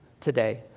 today